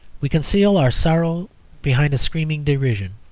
we conceal our sorrow behind a screaming derision.